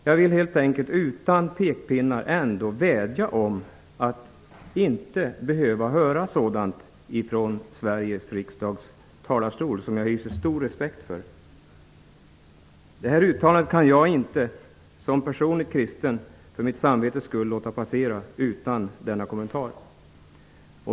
Jag vill helt enkelt utan pekpinnar ändå vädja om att inte behöva höra sådant från Sveriges riksdags talarstol, som jag hyser stor respekt för. Detta uttalande kan jag som personligt kristen för mitt samvetes skull inte låta passera utan denna kommentar.